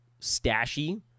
stashy